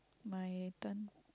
my turn